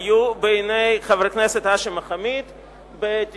היו בענייני חבר הכנסת האשם מחאמיד ב-1993,